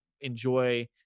enjoy